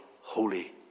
holy